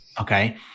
Okay